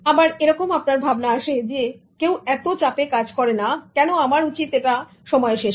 আবার এরকম আপনার ভাবনা আসে যে কেউ এত চাপে কাজ করে না কেন আমার উচিত এটা সময়ে শেষ করা